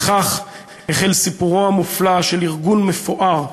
וכך החל סיפורו המופלא של ארגון מפואר,